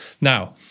Now